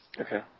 Okay